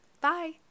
Bye